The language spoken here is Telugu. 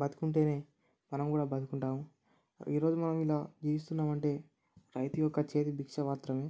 బతికి ఉంటేనే మనం కూడా బతుకుంటాం ఈరోజు మనం ఇలా జీవిస్తున్నాం అంటే రైతు యొక్క చేతి భిక్ష మాత్రమే